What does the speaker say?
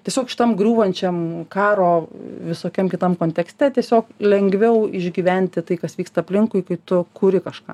tiesiog šitam griūvančiam karo visokiam kitam kontekste tiesiog lengviau išgyventi tai kas vyksta aplinkui kai tu kuri kažką